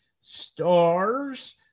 stars